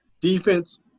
Defense